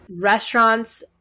restaurants